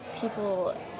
people